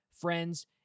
friends